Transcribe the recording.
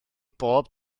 bob